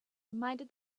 reminded